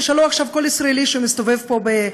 תשאלו עכשיו כל ישראלי שמסתובב פה,